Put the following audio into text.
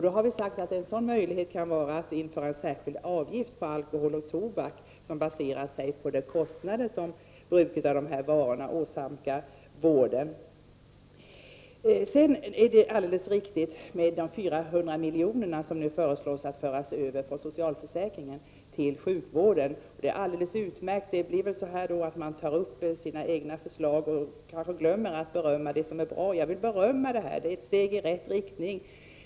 Vi har sagt att en möjlighet vore att införa en särskild avgift på alkohol och tobak, som baserar sig på de kostnader bruket av dessa varor åsamkar vården. Nu skall 400 miljoner föras över från socialförsäkringen till sjukvården, och det är alldeles utmärkt -- man talar ju vanligen bara om sina egna förslag, men jag vill berömma det som är bra. Detta är ett steg i rätt riktning.